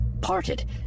parted